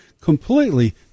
completely